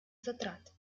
затрат